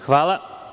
Hvala.